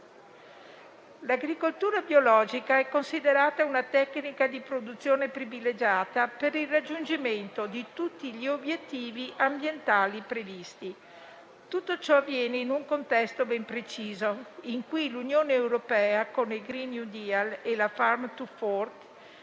L'agricoltura biologica è considerata una tecnica di produzione privilegiata per il raggiungimento di tutti gli obiettivi ambientali previsti. Tutto ciò avviene in un contesto ben preciso, in cui l'Unione europea, con il *green new deal*, la Farm to fork